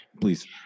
please